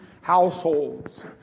households